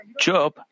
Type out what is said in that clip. Job